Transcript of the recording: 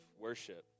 worship